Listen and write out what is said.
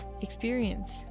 Experience